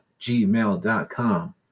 gmail.com